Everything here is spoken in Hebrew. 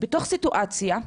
בתוך סיטואציה,